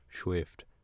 Swift